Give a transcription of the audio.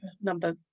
number